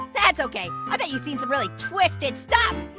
that's okay, i bet you've seen some really twisted stuff.